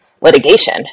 litigation